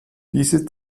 diese